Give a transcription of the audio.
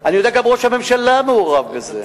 אני יודע שגם ראש הממשלה מעורב בזה,